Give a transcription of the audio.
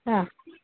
ஆ